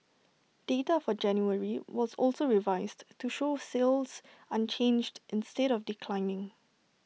data for January was also revised to show sales unchanged instead of declining